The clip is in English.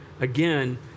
again